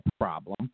problem